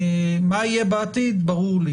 מה יהיה בעתיד ברור לי,